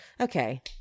Okay